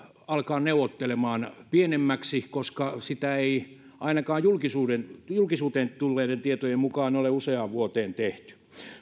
alkaa neuvottelemaan pienemmäksi koska sitä ei ainakaan julkisuuteen julkisuuteen tulleiden tietojen mukaan ole useaan vuoteen tehty